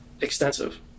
extensive